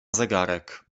zegarek